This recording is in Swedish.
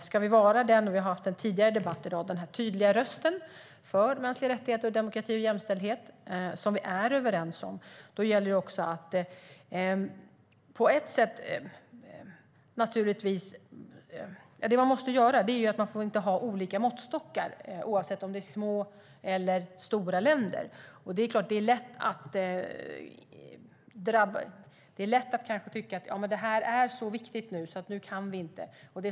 Ska vi vara - vi har haft en debatt tidigare i dag om det - den tydliga röst för mänskliga rättigheter, demokrati och jämställdhet som vi är överens om får man inte ha olika måttstockar, oavsett om det är små eller stora länder. Det är kanske lätt att tycka att något är så viktigt att det inte går.